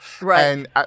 Right